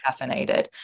caffeinated